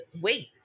wait